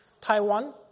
Taiwan